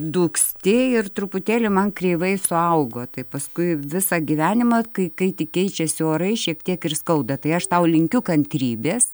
dūksti ir truputėlį man kreivai suaugo tai paskui visą gyvenimą kai kai tik keičiasi orai šiek tiek ir skauda tai aš tau linkiu kantrybės